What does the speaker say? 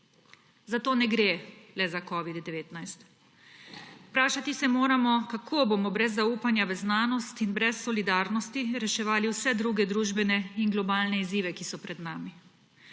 Zato ne gre le za covid-19. Vprašati se moramo, kako bomo brez zaupanja v znanost in brez solidarnosti reševali vse druge družbene in globalne izzive, ki so pred nami.